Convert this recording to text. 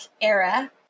era